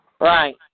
Right